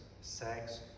sex